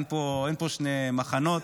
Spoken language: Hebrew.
אין פה שני מחנות.